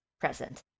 present